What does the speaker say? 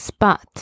Spot